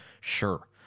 sure